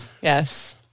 yes